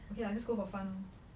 okay lah just go for fun lor